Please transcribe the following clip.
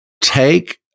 take